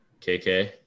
KK